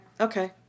Okay